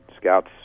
Scouts